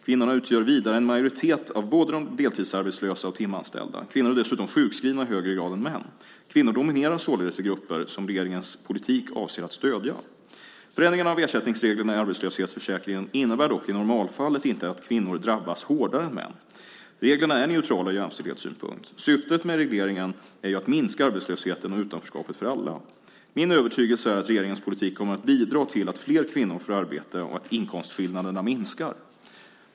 Kvinnorna utgör vidare en majoritet av både de deltidsarbetslösa och timanställda. Kvinnor är dessutom sjukskrivna i högre grad än män. Kvinnor dominerar således i grupper som regeringens politik avser att stödja. Förändringarna av ersättningsreglerna i arbetslöshetsförsäkringen innebär dock i normalfallet inte att kvinnor drabbas hårdare än män. Reglerna är neutrala ur jämställdhetssynpunkt. Syftet med regleringen är ju att minska arbetslösheten och utanförskapet för alla. Min övertygelse är att regeringens politik kommer att bidra till att fler kvinnor får arbete och att inkomstskillnaderna minskar.